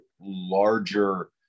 larger